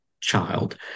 child